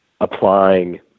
applying